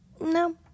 No